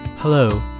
Hello